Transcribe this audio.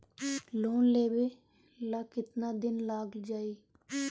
Loan लेबे ला कितना दिन लाग जाई?